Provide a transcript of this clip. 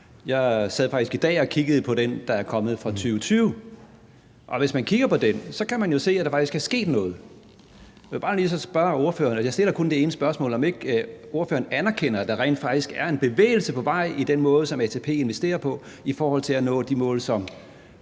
Jeg sad faktisk i dag og kiggede på den, der er kommet for 2020, og hvis man kigger på den, kan man jo se, at der faktisk er sket noget. Jeg vil bare lige spørge ordføreren, og jeg stiller kun det ene spørgsmål, om ikke ordføreren anerkender, at der rent faktisk er en bevægelse på vej i den måde, som ATP investerer på, i forhold til at nå de mål, som